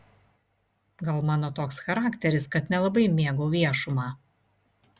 gal mano toks charakteris kad nelabai mėgau viešumą